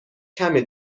کمه